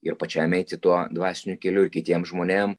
ir pačiam eiti tuo dvasiniu keliu ir kitiem žmonėm